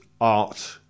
art